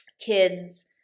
kids